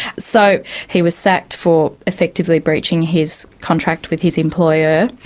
so he was sacked for effectively breaching his contract with his employer.